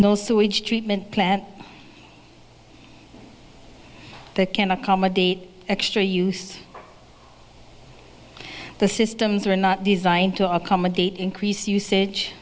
no sewage treatment plant that can accommodate extra use the systems are not designed to accommodate increased usage